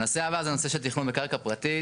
הנושא הבא זה הנושא של תכנון בקרקע פרטית.